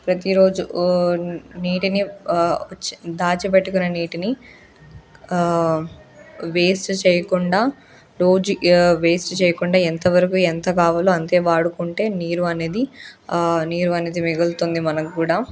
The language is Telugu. ప్రతీరోజు నీటిని దాచిపెట్టుకున్న నీటిని వేస్ట్ చేయకుండా రోజు ఏ వేస్ట్ చేయకుండా ఎంతవరకు ఎంత కావాలో అంతే వాడుకుంటే నీరు అనేది నీరు అనేది మిగులుతుంది మనకు కూడా